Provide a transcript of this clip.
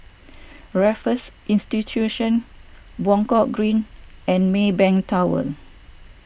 Raffles Institution Buangkok Green and Maybank Tower